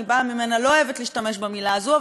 באה ממנה לא אוהבת להשתמש במילה הזו,